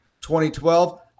2012